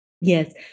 yes